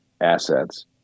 assets